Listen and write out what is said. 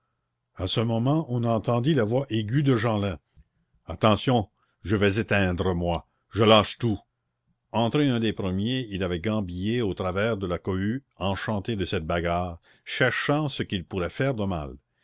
a ce moment on entendit la voix aiguë de jeanlin attention je vas éteindre moi je lâche tout entré un des premiers il avait gambillé au travers de la cohue enchanté de cette bagarre cherchant ce qu'il pourrait faire de mal